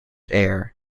heir